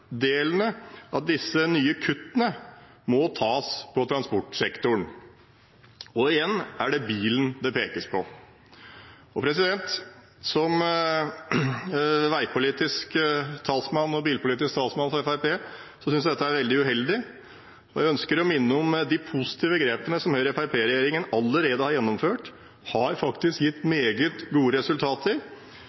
av disse nye kuttene må tas i transportsektoren, og igjen er det bilen det pekes på. Som veipolitisk og bilpolitisk talsmann for Fremskrittspartiet synes jeg dette er veldig uheldig, og jeg ønsker å minne om at de positive grepene Høyre–Fremskrittsparti-regjeringen allerede har gjennomført, faktisk har gitt meget gode resultater.